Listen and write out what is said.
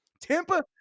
Tampa